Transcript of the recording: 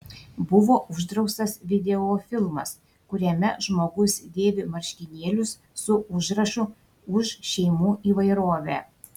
buvo uždraustas videofilmas kuriame žmogus dėvi marškinėlius su užrašu už šeimų įvairovę